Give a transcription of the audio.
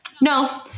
No